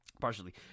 partially